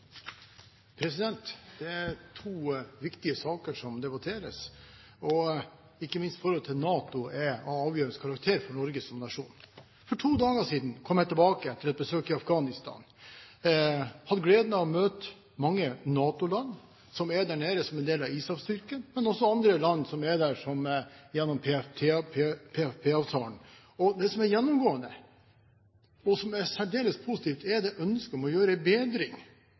to viktige saker som debatteres. Ikke minst forholdet til NATO er av avgjørende karakter for Norge som nasjon. For to dager siden kom jeg tilbake etter et besøk i Afghanistan. Jeg hadde gleden av å møte mange representanter for NATO-land, som er der nede som en del av ISAF-styrken, og andre land som er der gjennom PfP-avtalen. Det som er gjennomgående, og som er særdeles positivt, er ønsket om å gjøre en bedring